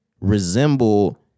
resemble